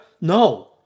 No